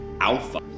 alpha